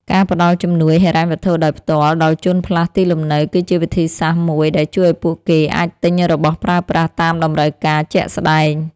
ការផ្តល់ជំនួយហិរញ្ញវត្ថុដោយផ្ទាល់ដល់ជនផ្លាស់ទីលំនៅគឺជាវិធីសាស្ត្រមួយដែលជួយឱ្យពួកគេអាចទិញរបស់ប្រើប្រាស់តាមតម្រូវការជាក់ស្តែង។